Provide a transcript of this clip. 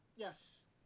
Yes